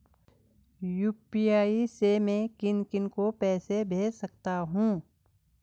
UPI से मैं किन किन को पैसे भेज सकता हूँ?